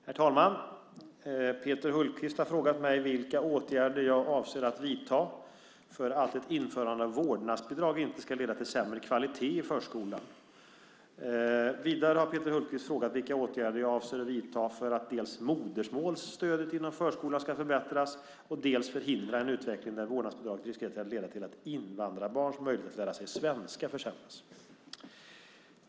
Herr talman! Peter Hultqvist har frågat mig vilka åtgärder jag avser att vidta för att ett införande av vårdnadsbidrag inte ska leda till sämre kvalitet i förskolan. Vidare har Peter Hultqvist frågat vilka åtgärder jag avser att vidta för att dels modersmålsstödet inom förskolan ska förbättras, dels förhindra en utveckling där vårdnadsbidraget riskerar att leda till att invandrarbarns möjlighet att lära sig svenska försämras.